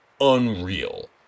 unreal